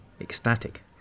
ecstatic